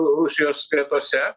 rusijos gretose